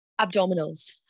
abdominals